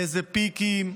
באיזה "פיקים",